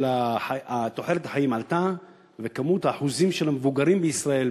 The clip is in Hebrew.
תוחלת החיים עלתה והאחוזים של המבוגרים בישראל,